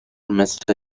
مثل